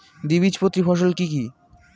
দ্বিবীজপত্রী ফসল কি কি?